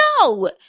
no